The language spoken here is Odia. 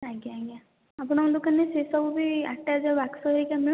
ଆଜ୍ଞା ଆଜ୍ଞା ଆପଣଙ୍କ ଦୋକାନରେ ସେସବୁ ବି ଆଟାଚି ବାକ୍ସ ଧରିକା